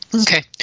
Okay